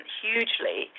hugely